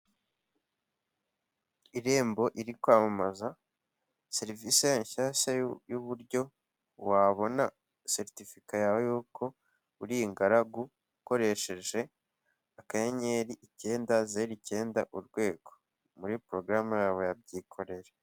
Irembo iri kwamamaza serivisi yayo nshyashya y'uburyo wabona seritifika yawe y'uko uri ingaragu, ukoresheje akayenyeri icyenda zeru icyenda urwego muri porogaramu yabo ya byikorere.